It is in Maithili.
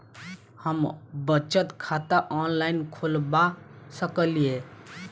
हम बचत खाता ऑनलाइन खोलबा सकलिये?